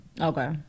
Okay